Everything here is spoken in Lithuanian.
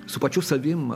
su pačiu savim